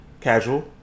casual